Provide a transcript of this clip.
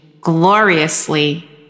gloriously